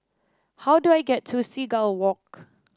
how do I get to Seagull Walk